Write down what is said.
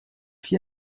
fit